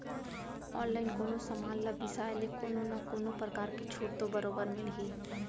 online कोनो समान ल बिसाय ले कोनो न कोनो परकार के छूट तो बरोबर मिलही